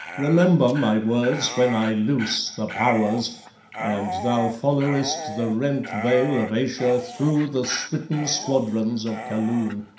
remember my words when i loose the powers and thou followest the rent veil of ayesha through the smitten squadrons of kaloon.